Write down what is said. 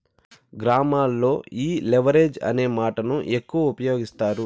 గ్రామాల్లో ఈ లెవరేజ్ అనే మాటను ఎక్కువ ఉపయోగిస్తారు